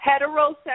heterosexual